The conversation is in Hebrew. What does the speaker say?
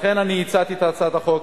לכן אני הצעתי את הצעת החוק.